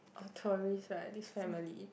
uh tourist right this family